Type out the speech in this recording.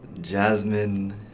Jasmine